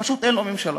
פשוט אין לו ממשלה.